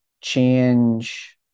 change